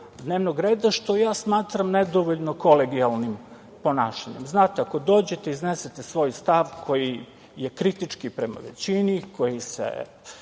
dnevnog reda, što ja smatram nedovoljno kolegijalnim ponašanjem. Znate, ako dođete, iznesete svoj stav, koji je kritički prema većini, koji se